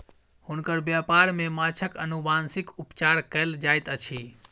हुनकर व्यापार में माँछक अनुवांशिक उपचार कयल जाइत अछि